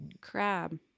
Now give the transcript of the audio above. Crab